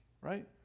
Right